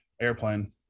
Airplane